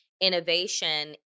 innovation